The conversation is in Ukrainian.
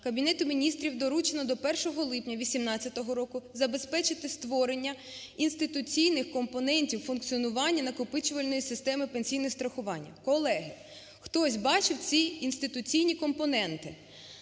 Кабінету Міністрів доручено до 1 липня 2018 року забезпечити створення інституційних компонентів функціонування накопичувальної системи пенсійних страхувань. Колеги, хтось бачив ці інституційні компоненти?